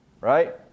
right